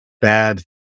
bad